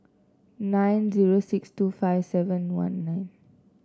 nine zero six two five seven one nine